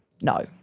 No